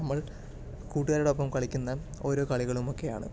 നമ്മൾ കൂട്ടുകാരോടൊപ്പം കളിക്കുന്ന ഒരോ കളികളും ഒക്കെയാണ്